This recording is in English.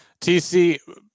TC